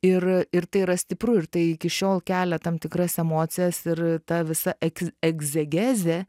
ir ir tai yra stipru ir tai iki šiol kelia tam tikras emocijas ir ta visa egz egzegezė